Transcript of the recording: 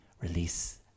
release